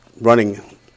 running